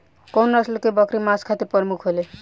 कउन नस्ल के बकरी मांस खातिर प्रमुख होले?